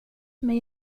men